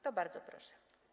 To bardzo proszę.